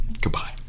Goodbye